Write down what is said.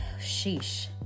sheesh